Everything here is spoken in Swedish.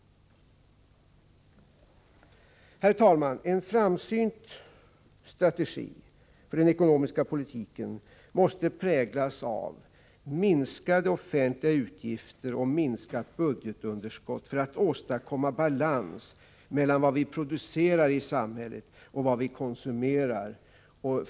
Herr talman! En framsynt strategi för den ekonomiska politiken måste präglas av minskade offentliga utgifter och minskat budgetunderskott för att åstadkomma balans mellan vad vi producerar i samhället och vad vi konsumerar.